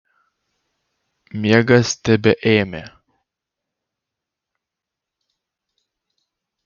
miegas tebeėmė